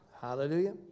Hallelujah